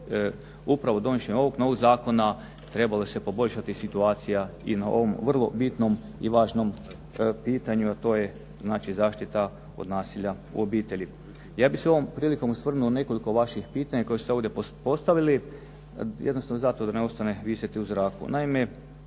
upravo donošenjem ovog novog zakona trebala se poboljšati situacija i na ovom vrlo bitnom i važnom pitanju, a to je znači zaštita od nasilja u obitelji. Ja bih se ovom prilikom osvrnuo na nekoliko vaših pitanja koje ste ovdje postavili. Jednostavno zato da ne ostane visjeti u zraku.